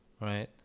Right